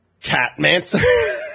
Catmancer